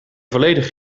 volledig